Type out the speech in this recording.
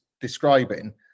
describing